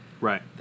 Right